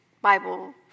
Bible